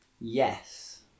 Yes